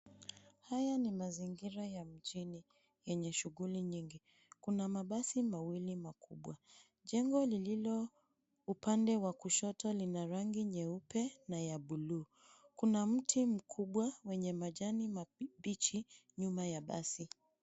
Haya ni mazingira ya mjini yenye shughuli nyingi. Kuna mabasi mawili makubwa. Jengo lililo upande wa kushoto lina rangi nyeupe na ya buluu. Kuna mti mkubwa wenye majani mabichi nyuma ya basi.